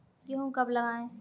गेहूँ कब लगाएँ?